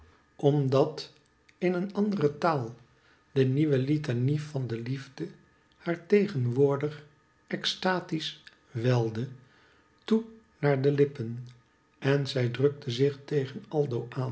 omdat in een andere taal ih de nieuwe litanie van de liefde haar tegercwoordig extatiesch welde toe naar de lippen en zij drukte zich tegen